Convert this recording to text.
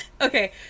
Okay